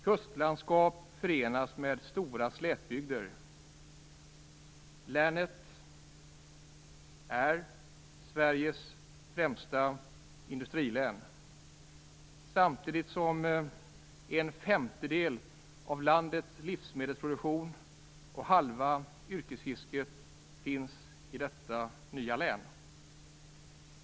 Kustlandskap förenas med stora slättbygder. Länet är Sveriges främsta industrilän samtidigt som en femtedel av landets livsmedelsproduktion och halva yrkesfisket finns i detta nya län.